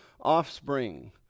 offspring